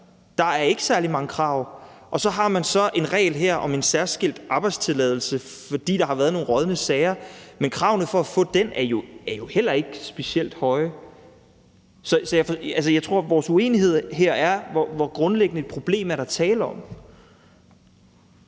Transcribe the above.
Der er ikke særlig mange krav. Og så har man så her en regel om en særskilt arbejdstilladelse, fordi der har været nogle rådne sager, men kravene for at få den er jo heller ikke specielt høje. Så jeg tror, at vores uenighed her består i, hvor grundlæggende et problem der er tale om.